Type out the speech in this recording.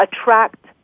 attract